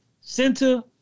center